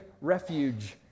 refuge